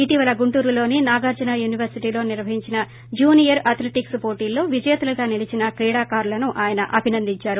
ఇటీవల గుంటూరులోని నాగార్డున యూనివర్పిటీలో నిర్వహించిన జునియర్ అద్దెటిక్స్ పోటీల్లో విజేతలుగా నిలిచిన క్రీడాకారులను ఆయన అభినందించారు